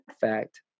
fact